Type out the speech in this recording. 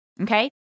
Okay